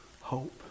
Hope